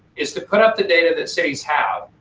is to put up the data that cities have.